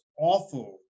awful